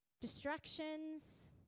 distractions